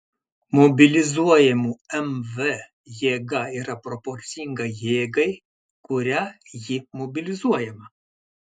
mobilizuojamų mv jėga yra proporcinga jėgai kuria ji mobilizuojama